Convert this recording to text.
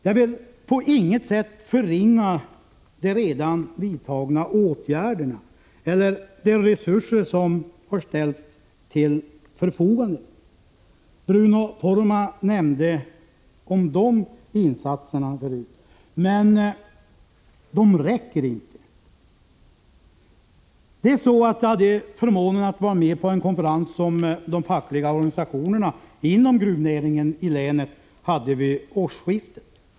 Jag vill på inget sätt förringa de redan vidtagna åtgärderna eller de resurser som har ställts till förfogande — Bruno Poromaa nämnde dessa insatser tidigare — men de räcker inte. Jag hade förmånen att vara med på en konferens som de fackliga organisationerna inom gruvnäringen i länet hade vid årsskiftet.